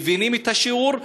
מבינים את השיעור,